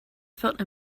felt